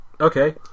okay